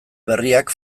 berriak